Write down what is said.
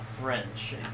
French